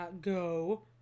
go